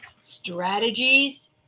Strategies